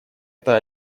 это